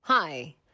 Hi